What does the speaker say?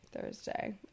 Thursday